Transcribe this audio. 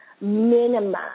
minimum